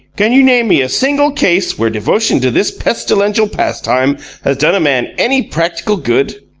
can you name me a single case where devotion to this pestilential pastime has done a man any practical good?